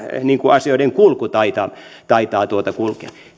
asioiden kulku taitaa taitaa kulkea